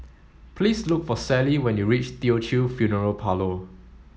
please look for Sally when you reach Teochew Funeral Parlour